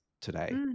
today